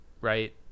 right